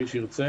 מי שירצה